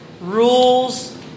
rules